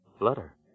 Letter